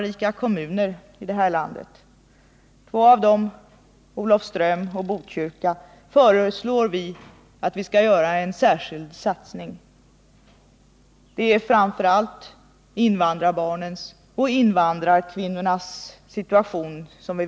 Vi föreslår en särskild satsning i två av dem, nämligen Olofström och Botkyrka. Vi vill framför allt uppmärksamma invandrarbarnens och invandrarkvinnornas situation.